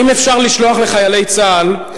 אם אפשר לשלוח לחיילי צה"ל,